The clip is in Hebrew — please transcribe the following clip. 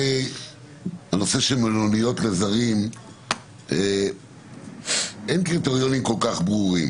בנושא של מלוניות לזרים אין קריטריונים כל כך ברורים.